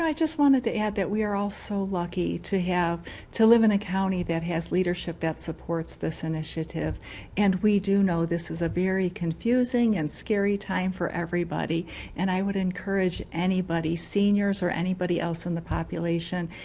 just wanted to add that we're also lucky to have to live in a county that has leadership that supports this initiative and we do know this is a very confusing and scary time for everybody and i would encourage anybody seniors or anybody else in the population,